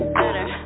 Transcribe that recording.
better